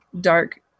dark